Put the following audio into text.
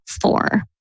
four